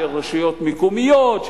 של רשויות מקומיות,